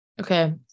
Okay